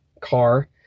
car